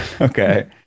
okay